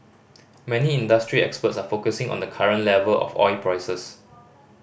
many industry experts are focusing on the current level of oil prices